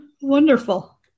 Wonderful